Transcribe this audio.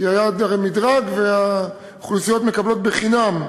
כי היה הרי מדרג והאוכלוסיות מקבלות בחינם.